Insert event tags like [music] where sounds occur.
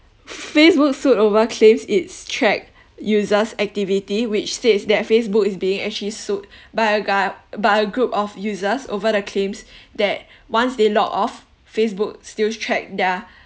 facebook sued over claims it's tracked users activity which says that facebook is being actually sued by a guy by a group of users over the claims [breath] that once they log off facebook still track their